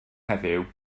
heddiw